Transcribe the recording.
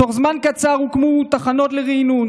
בתוך זמן קצר הוקמו תחנות לריענון,